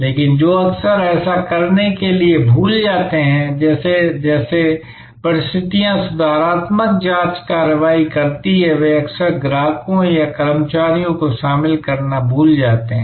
लेकिन जो संगठन अक्सर ऐसा करने के लिए भूल जाते हैं कि जैसे जैसे परिस्थितियां सुधारात्मक जांच कार्रवाई करती हैं वे अक्सर ग्राहकों या कर्मचारियों को शामिल करना भूल जाते हैं